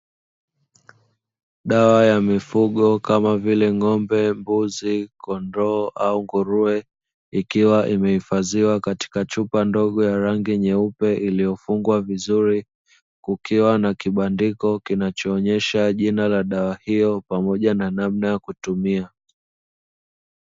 Dawa ya mifugo kama vile; Ng’ombe, Mbuzi, Kondoo au Nguruwe, ikiwa imehifadhiwa katika chupa ndogo ya rangi nyeupe iliyofungwa vizuri, kukiwa na kibandiko kinachoonyesha jina la dawa hiyo pamoja na namna ya kutumia.